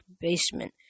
basement